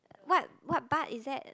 what what butt is that